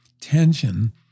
tension